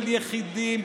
של יחידים,